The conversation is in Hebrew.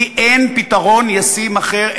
כי אין פתרון ישים אחר,